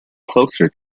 closer